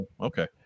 Okay